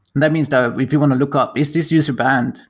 that means that if you want to look up, is this user banned?